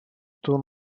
эту